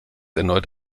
erneut